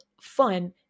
fun